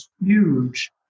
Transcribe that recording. huge